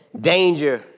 danger